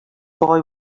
boy